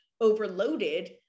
overloaded